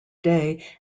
day